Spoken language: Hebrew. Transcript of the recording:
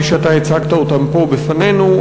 כפי שאתה הצגת אותן פה בפנינו.